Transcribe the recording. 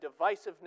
divisiveness